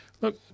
Look